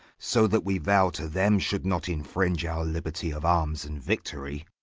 so that we vow to them should not infringe our liberty of arms and victory.